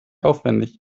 aufwendig